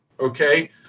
Okay